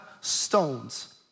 stones